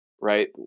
right